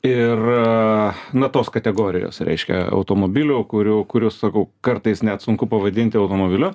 ir na tos kategorijos reiškia automobilių kurių kurių sakau kartais net sunku pavadinti automobiliu